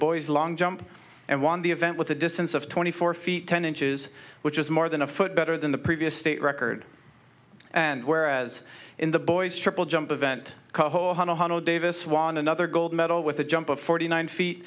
boy's long jump and won the event with a distance of twenty four feet ten inches which is more than a foot better than the previous state record and whereas in the boys triple jump event called davis won another gold medal with a jump of forty nine feet